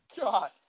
God